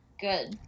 good